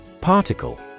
Particle